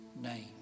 name